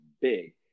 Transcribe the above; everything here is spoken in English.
big